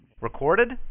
recorded